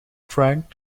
frank